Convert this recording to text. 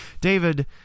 David